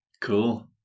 Cool